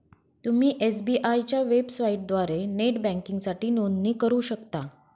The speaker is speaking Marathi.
तुम्ही एस.बी.आय च्या वेबसाइटद्वारे नेट बँकिंगसाठी नोंदणी करू शकता